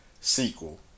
sequel